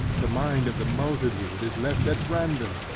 the mind of the multitude is left at random,